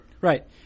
Right